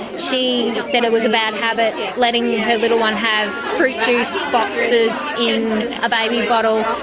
she said it was a bad habit letting her little one have fruit juice boxes in a baby bottle,